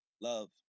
love